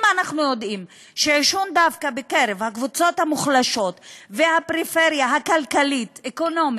אם אנחנו יודעים שעישון בקרב הקבוצות המוחלשות והפריפריה הכלכלית-אקונומית